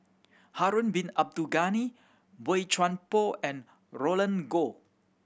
Harun Bin Abdul Ghani Boey Chuan Poh and Roland Goh